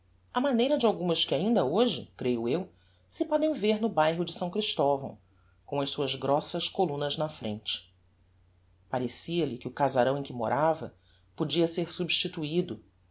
á maneira de algumas que ainda hoje creio eu se podem ver no bairro de s christovão com as suas grossas columnas na frente parecia-lhe que o casarão em que morava podia ser substituido